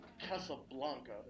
Casablanca